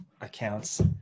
accounts